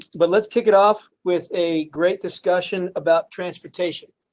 but let's kick it off with a great discussion about transportation.